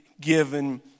given